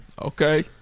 Okay